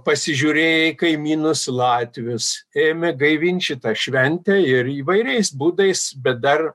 pasižiūrėję į kaimynus latvius ėmė gaivinti šitą šventę ir įvairiais būdais bet dar